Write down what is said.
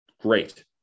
great